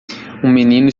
menino